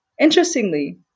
Interestingly